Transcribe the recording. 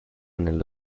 nello